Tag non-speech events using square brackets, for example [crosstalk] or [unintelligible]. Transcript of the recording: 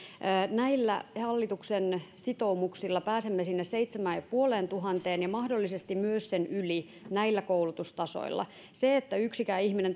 näillä hallituksen sitoumuksilla pääsemme sinne seitsemään ja puoleen tuhanteen ja mahdollisesti myös sen yli näillä koulutustasoilla siinä että yksikään ihminen [unintelligible]